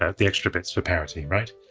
ah the extra bit is for parity, right?